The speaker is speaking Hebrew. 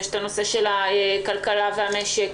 יש את הנושא של הכלכלה והמשק.